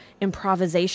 improvisation